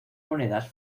monedas